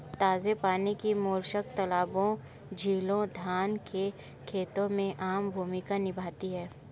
ताजे पानी के मोलस्क तालाबों, झीलों, धान के खेतों में आम भूमिका निभाते हैं